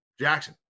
Jackson